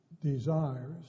desires